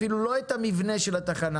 אפילו לא את המבנה של התחנה.